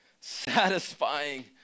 satisfying